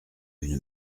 une